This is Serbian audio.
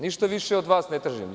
Ništa više od vas ne tražim.